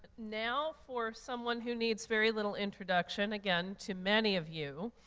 now for someone who needs very little introduction, again, to many of you,